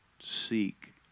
seek